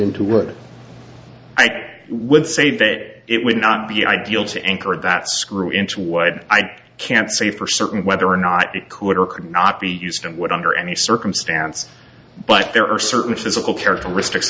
into work i would say that it would not be ideal to anchor that screw into what i can't say for certain whether or not it could or could not be used and would under any circumstance but there are certain physical characteristics